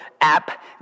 app